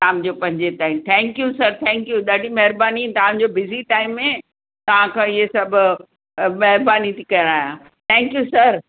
शाम जो पंजे ताईं थैंक्यू सर थैंक्यू ॾाढी महिरबानी तव्हांजो बिज़ी टाइम में तव्हां खां इहो सभु महिरबानी थी करायां थैंक्यू सर